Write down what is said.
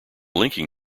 linking